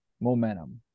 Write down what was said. momentum